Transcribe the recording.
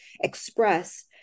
express